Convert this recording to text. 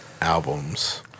albums